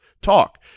talk